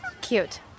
Cute